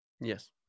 Yes